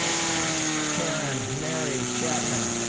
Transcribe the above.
caryn mary chapman.